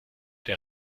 der